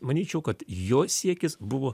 manyčiau kad jo siekis buvo